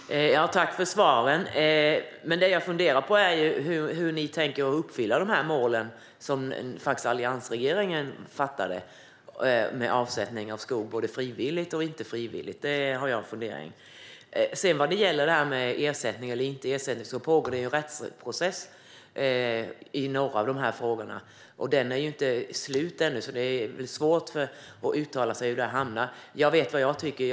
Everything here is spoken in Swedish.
Herr talman! Jag tackar för svaren. Det jag funderar på, Kristina Yngwe, är hur ni tänker uppfylla de mål som alliansregeringen beslutade om när det gäller avsättning av skog både frivilligt och inte frivilligt. Vad gäller ersättning eller inte ersättning pågår en rättsprocess om några av de här frågorna. Den är inte avslutad ännu, så det är svårt att uttala sig om var det här hamnar. Jag vet vad jag tycker.